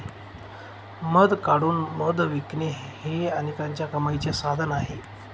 मध काढून मध विकणे हे अनेकांच्या कमाईचे साधन आहे